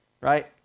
right